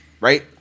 Right